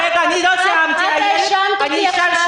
את האשמת אותי עכשיו.